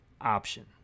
option